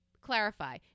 Clarify